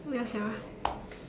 ya sia